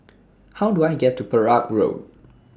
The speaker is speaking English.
How Do I get to Perak Road